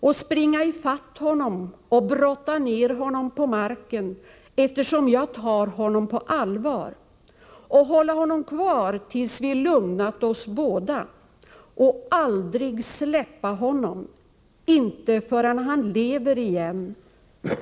och springa i fatt honom och brotta ner honom på marken, eftersom jag tar honom på allvar. Och hålla honom kvar tills vi lugnat oss båda. Och aldrig släppa honom. Inte förrän han lever igen.